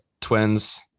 Twins